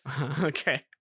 Okay